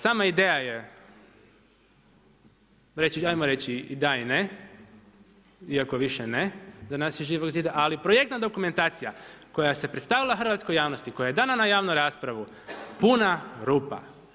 Sama ideja je ajmo reći i da i ne, iako više ne za nas iz Živog zida ali projektna dokumentacija koja se predstavila hrvatskoj javnosti, koja je dana na javnu raspravu puna rupa.